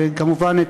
וכמובן את